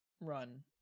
run